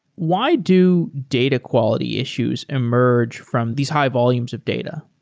why do data quality issues emerge from these high volumes of data?